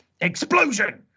explosion